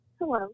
Hello